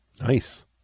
Nice